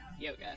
yoga